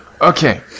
Okay